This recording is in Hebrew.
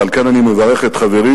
ועל כן אני מברך את חברי,